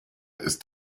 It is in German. ist